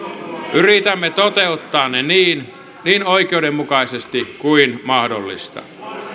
yritämme toteuttaa ne niin niin oikeudenmukaisesti kuin mahdollista